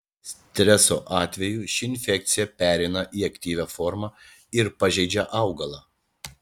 streso atveju ši infekcija pereina į aktyvią formą ir pažeidžia augalą